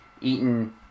eaten